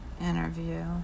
interview